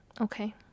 Okay